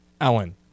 Allen